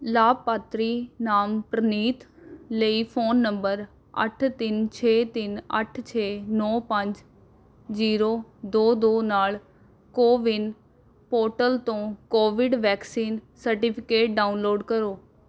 ਲਾਭਪਾਤਰੀ ਨਾਮ ਪ੍ਰਨੀਤ ਲਈ ਫ਼ੋਨ ਨੰਬਰ ਅੱਠ ਤਿੰਨ ਛੇ ਤਿੰਨ ਅੱਠ ਛੇ ਨੌ ਪੰਜ ਜ਼ੀਰੋ ਦੋ ਦੋ ਨਾਲ ਕੋਵਿਨ ਪੋਰਟਲ ਤੋਂ ਕੋਵਿਡ ਵੈਕਸੀਨ ਸਰਟੀਫਿਕੇਟ ਡਾਊਨਲੋਡ ਕਰੋ